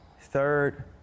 third